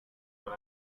what